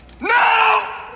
No